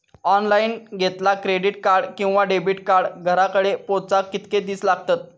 Online घेतला credit card किंवा debit card घराकडे पोचाक कितके दिस लागतत?